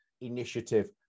initiative